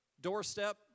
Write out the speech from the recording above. Doorstep